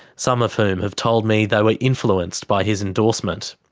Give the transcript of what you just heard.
some of whom have told me they were influenced by his endorsement.